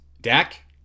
Dak